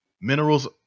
Minerals